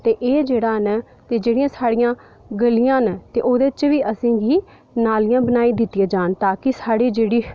ते एह् जेह्ड़ा न ते जेह्ड़ियां साढ़ियां गलियां न ते ओह्दे च बी असेंगी नालियां बनाई दित्तियां जाह्न ता कि साढ़ी जेह्ड़ी